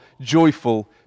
joyful